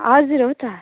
हजुर हो त